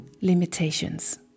limitations